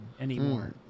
anymore